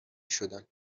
شدن